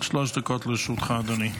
שלוש דקות לרשותך, אדוני.